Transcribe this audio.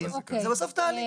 זה בסוף תהליך.